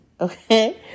Okay